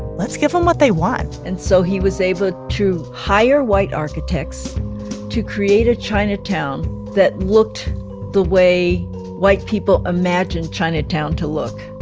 let's give them what they want. and so he was able to hire white architects to create a chinatown that looked the way white people imagined chinatown to look.